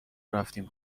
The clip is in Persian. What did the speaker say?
رفتیم